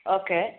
okay